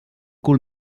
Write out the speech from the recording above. cul